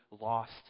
lost